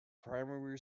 primary